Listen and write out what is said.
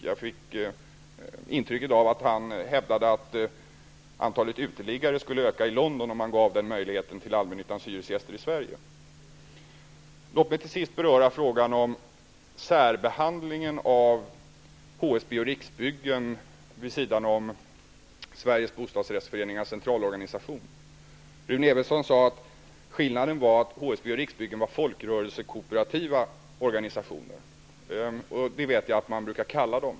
Jag fick intrycket av att han hävdade att antalet uteliggare skulle öka i London, om man gav allmännyttans hyresgäster i Sverige möjlighet att bilda bostadsrättsföreningar. Låt mig till sist beröra frågan om särbehandlingen av HSB och Riksbyggen vid sidan om Sveriges Evensson sade att skillnaden var att HSB och Riksbyggen var folkrörelsekooperativa organisationer. Det vet jag att man brukar kalla dem.